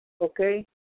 okay